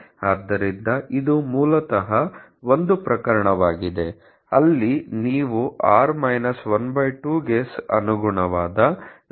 ಆದ್ದರಿಂದ ಇದು ಮೂಲತಃ ಒಂದು ಪ್ರಕರಣವಾಗಿದೆ ಅಲ್ಲಿ ನೀವು r 12 ಗೆ ಅನುಗುಣವಾದ z ವ್ಯತ್ಯಾಸವನ್ನು ಊಹಿಸುತ್ತೀರಿ